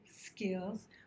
skills